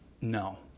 No